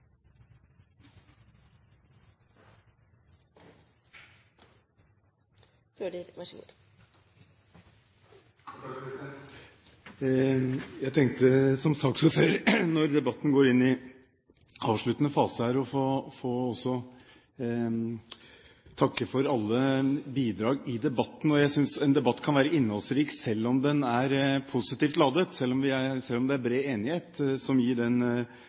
Jeg tenkte som saksordfører – når debatten går inn i avsluttende fase – å takke for alle bidrag i debatten. Jeg synes en debatt kan være innholdsrik selv om den er positivt ladet, selv om det er bred enighet som gir denne innstillingen styrke. Det er et par ting som